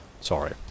Sorry